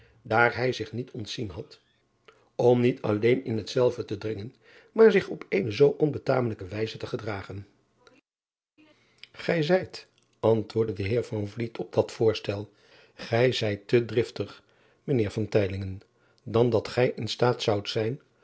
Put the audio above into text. daar hij zich niet ontzien had om riet alleen in hetzelve te dringen maar zich op eene zoo onbetamelijke wijze te gedragen ij zijt antwoordde de eer op dat voorstel gij zijt te driftig mijn eer dan dat gij in staat zoudt zijn